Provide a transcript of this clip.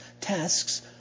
tasks